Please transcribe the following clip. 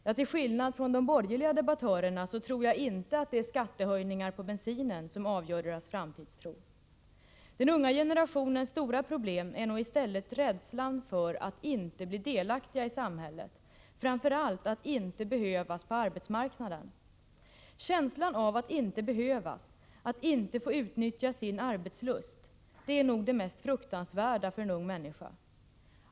Ja, till skillnad från de borgerliga debattörerna tror jag inte att det är skattehöjningar på bensin som avgör deras framtidstro. Den unga generationens stora problem är nog i stället rädslan för att inte bli delaktig i samhället, framför allt att inte behövas på arbetsmarknaden. Känslan av att inte behövas, att inte få utnyttja sin arbetslust, är nog det mest fruktansvärda för en ung människa.